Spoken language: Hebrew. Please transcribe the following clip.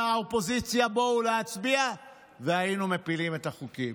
האופוזיציה שיבואו להצביע והיינו מפילים את החוקים?